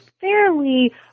fairly